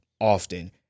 often